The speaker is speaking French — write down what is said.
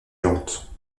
géronte